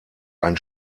ein